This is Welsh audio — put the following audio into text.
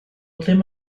ddim